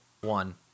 One